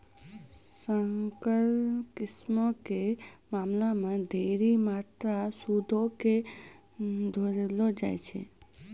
संकर किस्मो के मामला मे ढेरी मात्रामे सूदो के घुरैलो जाय छै